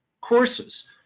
courses